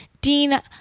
Dean